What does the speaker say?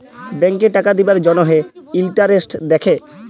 ব্যাংকে টাকা দিবার জ্যনহে ইলটারেস্ট দ্যাখে